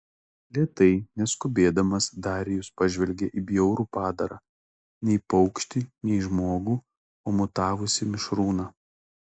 lėtai neskubėdamas darijus pažvelgė į bjaurų padarą nei paukštį nei žmogų o mutavusį mišrūną